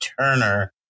Turner